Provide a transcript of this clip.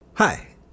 Hi